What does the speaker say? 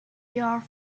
your